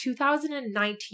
2019